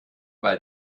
weil